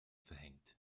verhängt